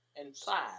inside